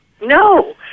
No